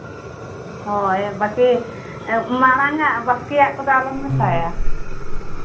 ᱦᱳᱭ ᱵᱟᱹᱠᱤ ᱢᱟᱲᱟᱝᱼᱟᱜ ᱵᱟᱥᱠᱮᱭᱟᱜ ᱠᱚᱫᱚ ᱟᱞᱚᱢ ᱢᱮᱥᱟᱭᱟ